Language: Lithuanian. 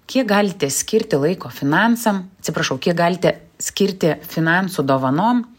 kiek galite skirti laiko finansam atsiprašau kiek galite skirti finansų dovanom